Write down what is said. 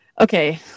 okay